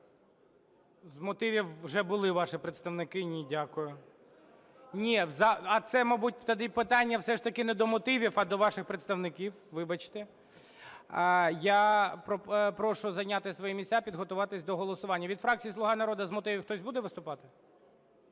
З мотивів вже були ваші представники. Ні, дякую. Ні. А це, мабуть, тоді питання все ж таки не до мотивів, а до ваших представників. Вибачте. Я прошу зайняти свої місця і підготуватись до голосування. Від фракції "Слуга народу" з мотивів хтось буде виступати?